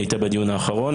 היא הייתה בדיון האחרון,